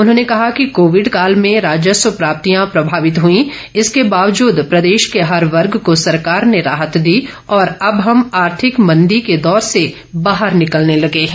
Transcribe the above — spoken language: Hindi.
उन्होंने कहा कि कोविड काल में राजस्व प्राप्तियां प्रभावित हुईं इसके बावजूद प्रदेश के हर वर्ग को सरकार ने राहत दी और अब हम आर्थिक मंदी की दौर से बाहर निकलने लगे हैं